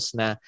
na